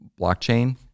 blockchain